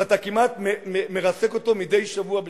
ואתה כמעט מרסק אותו מדי שבוע בשבוע.